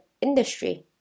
industry